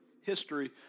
history